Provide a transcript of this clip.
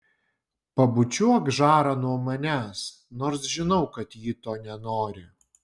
pabučiuok žarą nuo manęs nors žinau kad ji to nenori